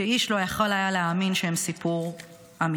שאיש לא יכול היה להאמין שהם סיפור אמיתי.